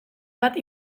bat